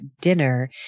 dinner